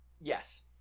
Yes